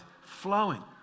flowing